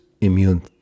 immune